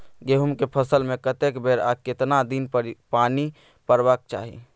गेहूं के फसल मे कतेक बेर आ केतना दिन पर पानी परबाक चाही?